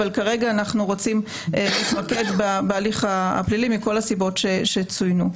אבל כרגע אנחנו רוצים להתמקד בהליך הפלילי מכל הסיבות שצוינו.